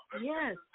yes